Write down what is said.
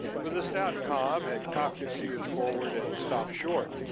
for the stout cob had cocked its ears forward and stopped short,